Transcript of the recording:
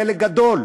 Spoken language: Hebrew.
חלק גדול.